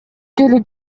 келип